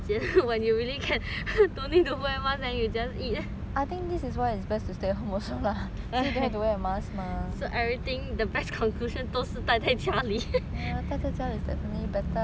wear mask then you just eat so everything the best conclusion 都是待在家里 ya but 真的 at